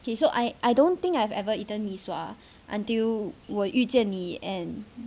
okay so I I don't think I've ever eaten mee sua until 我遇见你 and